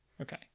okay